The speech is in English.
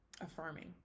affirming